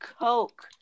coke